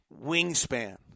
wingspan